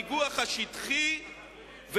בניגוח השטחי,